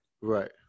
Right